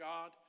God